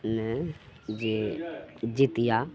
ने जे जितिया